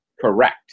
Correct